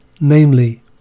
namely